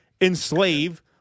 enslave